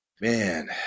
man